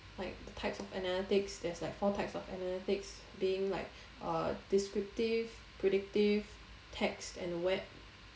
like the types of analytics there's like four types of analytics being uh descriptive predictive text and web